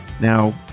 Now